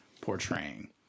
portraying